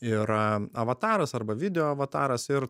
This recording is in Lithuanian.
yra avataras arba video avataras ir